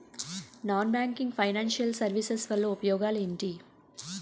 Non banking financial services వల్ల ఉపయోగాలు ఎంటి?